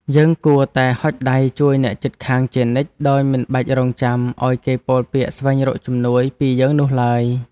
យើងគួរតែហុចដៃជួយអ្នកជិតខាងជានិច្ចដោយមិនបាច់រង់ចាំឱ្យគេពោលពាក្យស្វែងរកជំនួយពីយើងនោះឡើយ។